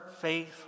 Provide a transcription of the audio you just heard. faith